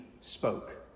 spoke